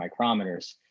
micrometers